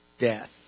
death